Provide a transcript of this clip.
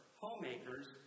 homemakers